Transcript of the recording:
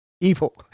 evil